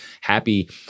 happy